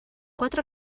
quatre